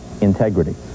integrity